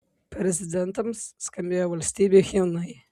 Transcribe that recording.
prezidentams skambėjo valstybių himnai